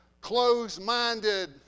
closed-minded